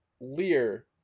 Lear